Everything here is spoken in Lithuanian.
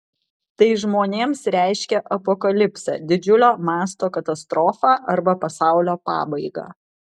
tai žmonėms reiškia apokalipsę didžiulio mąsto katastrofą arba pasaulio pabaigą